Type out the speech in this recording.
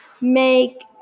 make